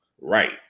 Right